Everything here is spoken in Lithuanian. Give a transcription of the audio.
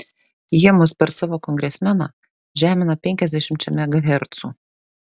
jie mus per savo kongresmeną žemina penkiasdešimčia megahercų